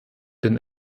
den